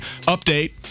update